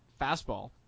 fastball